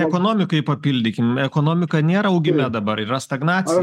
ekonomikai papildykim ekonomika nėra augime dabar yra stagnacija